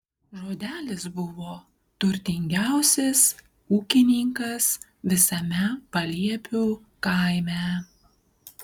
žodelis buvo turtingiausias ūkininkas visame paliepių kaime